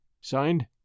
Signed